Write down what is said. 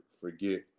forget